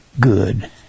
good